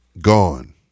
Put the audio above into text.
gone